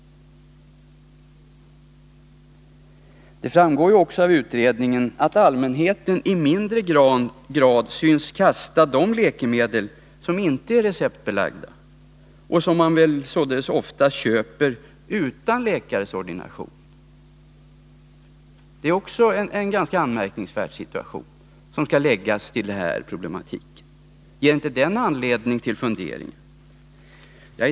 Det framgår också av utredningen att allmänheten i mindre grad syns kasta de läkemedel som inte är receptbelagda och som väl således oftast köps utan läkares ordination. Det är också ett ganska anmärkningsvärt förhållande, som skall läggas till den här problematiken. Ger inte det anledning till funderingar?